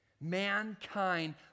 Mankind